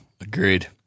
Agreed